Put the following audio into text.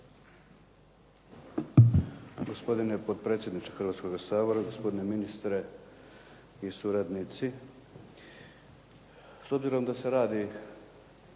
Hvala.